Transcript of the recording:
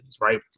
right